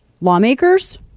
lawmakers